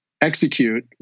execute